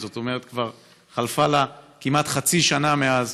זאת אומרת כבר חלפה לה כמעט חצי שנה מאז.